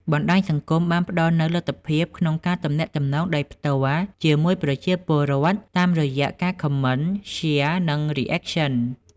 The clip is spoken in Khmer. បណ្ដាញសង្គមបានផ្ដល់នូវលទ្ធភាពក្នុងការទំនាក់ទំនងដោយផ្ទាល់ជាមួយប្រជាពលរដ្ឋ តាមរយៈការ Comment, Share, និង Reaction។